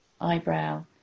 Eyebrow